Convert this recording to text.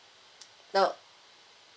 no